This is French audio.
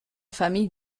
famille